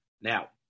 Now